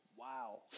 Wow